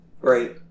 Right